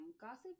gossip